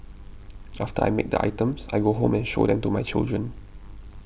after I make the items I go home and show them to my children